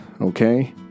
okay